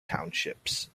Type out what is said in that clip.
townships